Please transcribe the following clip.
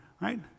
right